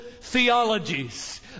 theologies